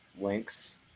links